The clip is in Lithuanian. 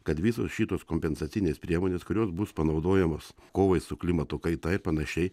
kad visos šitos kompensacinės priemonės kurios bus panaudojamos kovai su klimato kaita ir panašiai